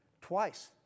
twice